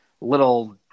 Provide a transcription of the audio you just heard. little